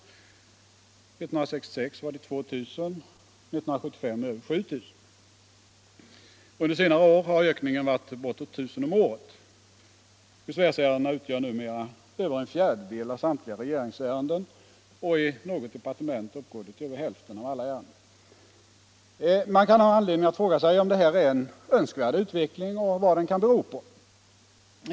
1966 var det 2000 och 1975 över 7 000. Under senare år har ökningen varit bortåt I 000 om året. Besvärsärendena utgör numera över en fjärdedel av samtliga regeringsärenden, och i något departement uppgår de till över hälften av alla ärenden. Man kan ha anledning att fråga sig om det här är en önskvärd utveckling och vad den kan bero på.